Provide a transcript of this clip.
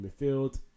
Midfield